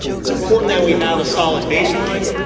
it's important that we have a solid baseline,